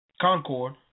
Concord